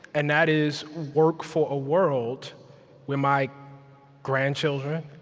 and that is work for a world where my grandchildren,